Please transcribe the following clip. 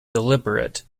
deliberate